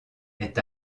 est